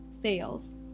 fails